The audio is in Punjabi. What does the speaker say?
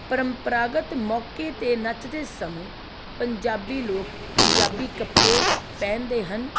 ਪਰੰਪਰਾਗਤ ਮੌਕੇ 'ਤੇ ਨੱਚਦੇ ਸਮੇਂ ਪੰਜਾਬੀ ਲੋਕ ਪੰਜਾਬੀ ਕੱਪੜੇ ਪਹਿਨਦੇ ਹਨ